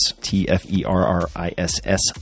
T-F-E-R-R-I-S-S